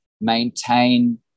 maintain